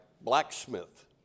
blacksmith